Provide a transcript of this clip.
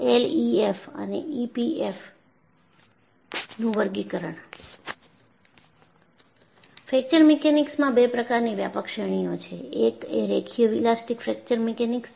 LEFM અને EPFM નું વર્ગીકરણ ફ્રેક્ચર મિકેનિક્સમાં બે પ્રકારની વ્યાપક શ્રેણીઓ છે એક એ રેખીય ઇલાસ્ટીક ફ્રેક્ચર મિકેનિક્સ છે